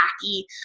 tacky